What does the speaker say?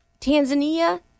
Tanzania